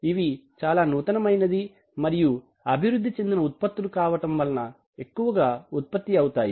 ఇవి చాలా నూతనమైనది మరియు అభివృద్ధి చెందిన ఉత్పత్తులు కావడం వలన ఎక్కువగా ఉత్పత్తి అవుతాయి